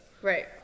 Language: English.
Right